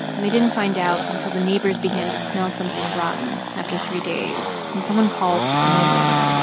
and they didn't find out until the neighbors began to smell something rotten after three days and someone called with the news.